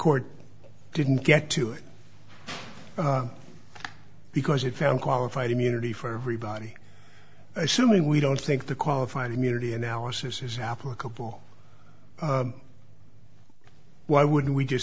court didn't get to it because it found qualified immunity for everybody assuming we don't think the qualified immunity analysis is applicable why wouldn't we just